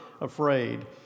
afraid